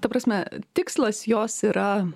ta prasme tikslas jos yra